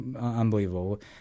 unbelievable